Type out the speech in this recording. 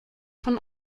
von